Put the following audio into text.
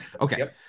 Okay